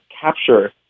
capture